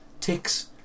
ticks